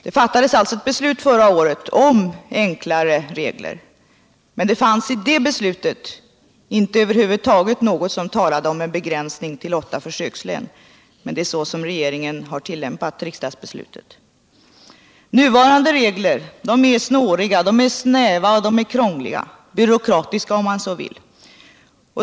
Det fattades alltså förra året ett beslut om enklare regler för jämställdhetsbidraget. I det beslutet fanns över huvud taget inte någonting som talade om en begränsning till åtta försökslän, men det är så som regeringen har tillämpat riksdagsbeslutet. Nuvarande regler är snåriga, snäva och krångliga — byråkratiska om man så vill.